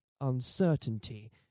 uncertainty